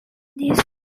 these